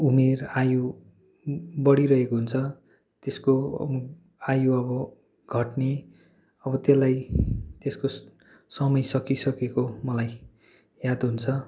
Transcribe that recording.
उमेर आयु बढिरहेको हुन्छ त्यसको आयु अब घट्ने अब त्यसलाई त्यसको समय सकिसकेको मलाई याद हुन्छ